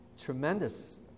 tremendous